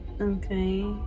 Okay